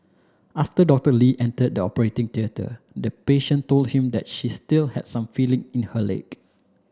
after Doctor Lee entered the operating theatre the patient told him that she still had some feeling in her leg